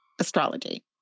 astrology